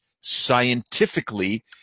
scientifically